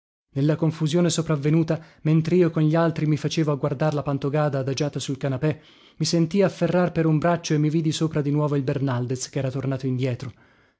nella confusione sopravvenuta mentrio con gli altri mi facevo a guardar la pantogada adagiata sul canapè mi sentii afferrar per un braccio e mi vidi sopra di nuovo il bernaldez chera tornato indietro